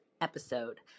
episode